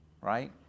right